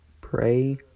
Pray